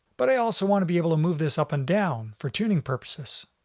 but i also want to be able to move this up and down for tuning purposes.